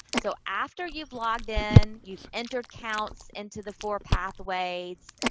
so, after you've logged in, you've entered counts into the four pathways,